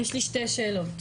ארצה לשאול שתי שאלות: